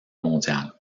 mondiale